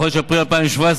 בחודש אפריל 2017,